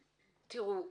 אנחנו יושבים פה